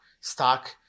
Stock